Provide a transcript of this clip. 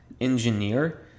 engineer